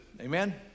Amen